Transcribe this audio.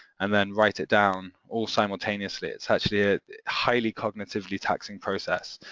and then write it down all simultaneously. it's actually a highly cognitively taxing process,